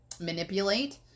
manipulate